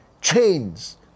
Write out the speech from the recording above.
chains